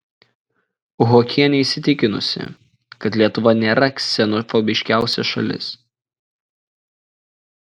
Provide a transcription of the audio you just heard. uchockienė įsitikinusi kad lietuva nėra ksenofobiškiausia šalis